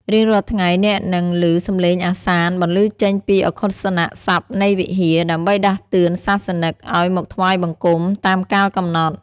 រៀងរាល់ថ្ងៃ អ្នកនឹងឮសម្លេងអាហ្សាន បន្លឺចេញពីឧគ្ឃោសនសព្ទនៃវិហារ ដើម្បីដាស់តឿនសាសនិកឱ្យមកថ្វាយបង្គំតាមកាលកំណត់។